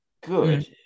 good